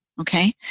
Okay